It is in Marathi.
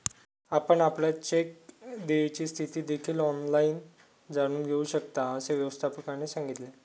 आपण आपल्या चेक देयची स्थिती देखील ऑनलाइन जाणून घेऊ शकता, असे व्यवस्थापकाने सांगितले